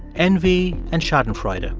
envy and schadenfreude. ah